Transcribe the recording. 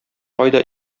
кайда